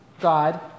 God